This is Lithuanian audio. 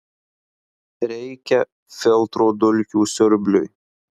reikia filtro dulkių siurbliui